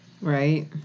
Right